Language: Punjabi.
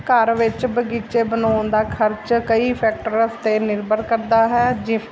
ਘਰ ਵਿੱਚ ਬਗੀਚੇ ਬਣਾਉਣ ਦਾ ਖਰਚ ਕਈ ਫੈਕਟਰਸ 'ਤੇ ਨਿਰਭਰ ਕਰਦਾ ਹੈ ਜੇ